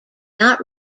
not